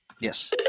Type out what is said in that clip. Yes